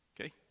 okay